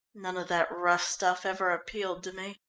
none of that rough stuff ever appealed to me.